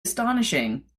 astonishing